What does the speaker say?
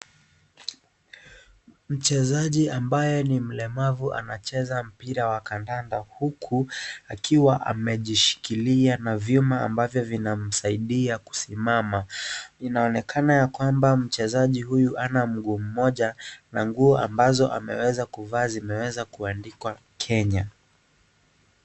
Mchezaji ambaye ni mlemavu anacheza mpira wa kandanda huku akiwa amejishikilia na vyuma ambavyo vinamsaidia kusimama. Inaonekana ya kwamba mchezaji huyu hana mguu mmoja na nguo ambazo ameweza kuvaa zimeweza kuandikwa Kenya.